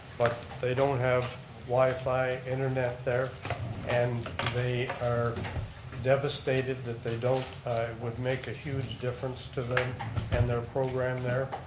but they don't have wi-fi internet there and they are devastated that they don't. it would make a huge difference to them and their program there,